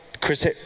Chris